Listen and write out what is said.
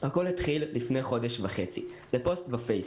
הכול התחיל לפני חודש וחצי בפוסט בפייסבוק.